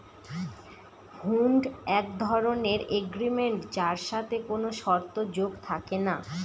হুন্ড এক ধরনের এগ্রিমেন্ট যার সাথে কোনো শর্ত যোগ থাকে না